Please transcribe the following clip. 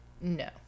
No